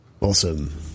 awesome